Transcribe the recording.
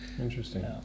interesting